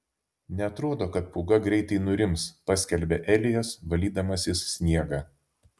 neatrodo kad pūga greitai nurims paskelbia elijas valdydamasis sniegą